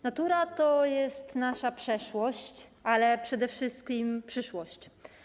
Natura to jest nasza przeszłość, ale przede wszystkim przyszłość.